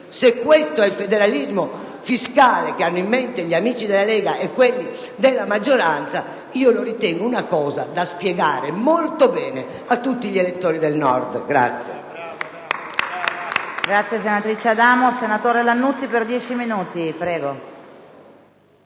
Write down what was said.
Se questo è il federalismo fiscale che hanno in mente gli amici delle Lega e quelli della maggioranza, ritengo sia un fatto da spiegare molto bene a tutti gli elettori del Nord.